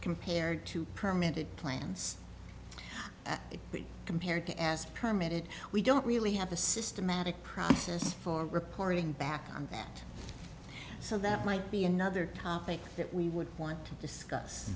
compared to permit plans but compared to as permit it we don't really have a systematic process for reporting back on that so that might be another topic that we would want to discuss